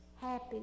happy